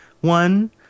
one